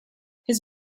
his